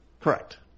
Correct